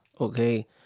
Okay